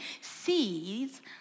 sees